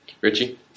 Richie